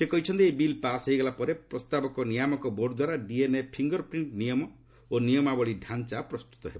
ସେ କହିଛନ୍ତି ଏହି ବିଲ୍ ପାସ୍ ହୋଇଗଲା ପରେ ପ୍ରସ୍ତାବକ ନିୟାମକ ବୋର୍ଡ଼ ଦ୍ୱାରା ଡିଏନ୍ଏ ଫିଙ୍ଗର୍ ପ୍ରିଣ୍ଟ୍ ନିୟମ ଓ ନିୟମାବଳୀ ଡାଞ୍ଚା ପ୍ରସ୍ତୁତ ହେବ